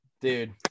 Dude